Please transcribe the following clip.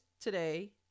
today